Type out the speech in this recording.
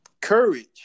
Courage